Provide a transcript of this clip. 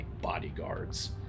Bodyguards